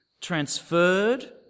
Transferred